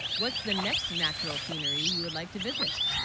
what's the next natural scenery you would like to visit